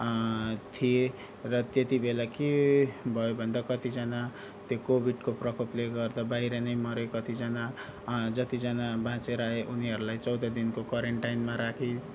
थिएँ र त्यति बेला के भयो भन्दा कतिजना त्यो कोविडको प्रकोपले गर्दा बाहिर नै मरे कतिजना जतिजना बाँचेर आए उनीहरूलाई चौध दिनको क्वारेन्टाइनमा राखी